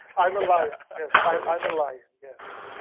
i'm ah but i'm a lion, yes